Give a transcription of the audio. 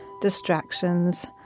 distractions